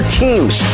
teams